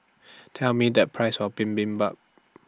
Tell Me The Price of Bibimbap